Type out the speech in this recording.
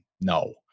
no